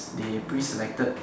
if they preselected